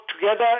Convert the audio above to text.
together